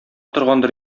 торгандыр